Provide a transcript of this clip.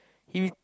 he re